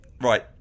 Right